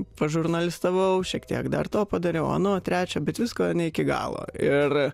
pažurnalistavau šiek tiek dar to padariau ano trečio bet visko ne iki galo ir